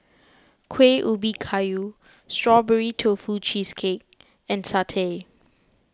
Kueh Ubi Kayu Strawberry Tofu Cheesecake and Satay